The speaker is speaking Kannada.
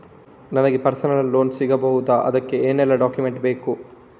ನನಗೆ ಪರ್ಸನಲ್ ಲೋನ್ ಸಿಗಬಹುದ ಅದಕ್ಕೆ ಏನೆಲ್ಲ ಡಾಕ್ಯುಮೆಂಟ್ ಬೇಕು?